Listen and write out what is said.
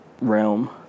realm